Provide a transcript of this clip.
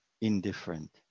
indifferent